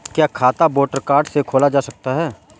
क्या खाता voter card से खोला जा सकता है?